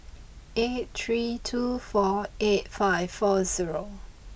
eight three two four eight five four zero